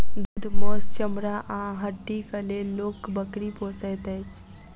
दूध, मौस, चमड़ा आ हड्डीक लेल लोक बकरी पोसैत अछि